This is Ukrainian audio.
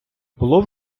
було